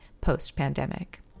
post-pandemic